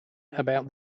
about